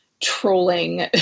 trolling